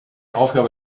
aufgabe